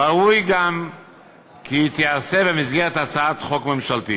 ראוי גם כי היא תיעשה במסגרת הצעת חוק ממשלתית,